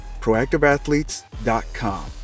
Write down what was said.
proactiveathletes.com